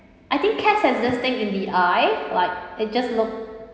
I think cats as this thing in the eye like it just look